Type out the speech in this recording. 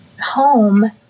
home